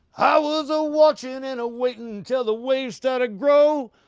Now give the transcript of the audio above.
i was a-watching and a-waiting till the waves start to grow.